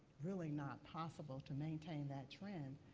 really not possible to maintain that trend.